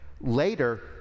later